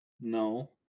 No